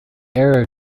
error